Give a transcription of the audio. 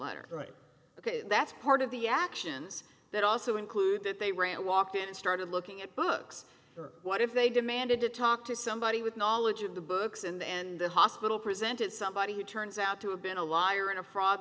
letter ok that's part of the actions that also include that they ran walked in and started looking at books or what if they demanded to talk to somebody with knowledge of the books and and the hospital present it somebody who turns out to have been a liar and a fr